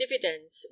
dividends